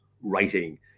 writing